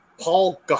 paul